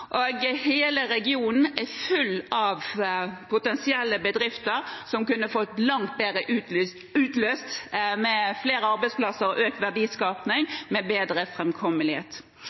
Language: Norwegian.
og hele regionen er full av bedrifter som kunne fått potensialet langt bedre utløst – med flere arbeidsplasser og økt verdiskaping – med bedre